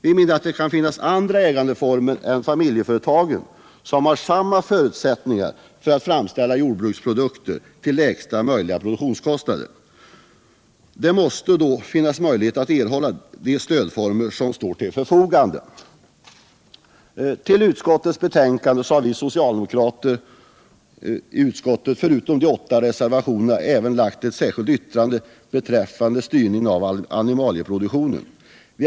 Vi menar att det kan finnas andra ägandeformer än familjeföretag som kan ha samma förutsättningar för att framställa jordbruksprodukter till lägsta möjliga produktionskostnader. Det måste då finnas möjligheter att utnyttja de stödformer som står till förfogande. Till utskottets betänkande har vi socialdemokrater i utskottet förutom de åtta reservationerna även fogat ett särskilt yttrande beträffande styrning av animalieproduktionens utbyggnad.